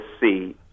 see